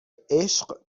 عشق